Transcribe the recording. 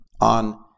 on